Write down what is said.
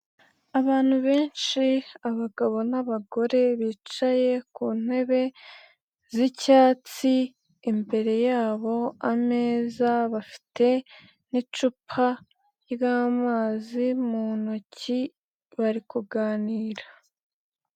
Abantu benshi abagabo n'abagore bicaye ku ntebe z'icyatsi, imbere yabo ameza, bafite n'icupa ry'amazi mu ntoki bari kuganira.